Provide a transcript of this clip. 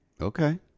Okay